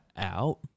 out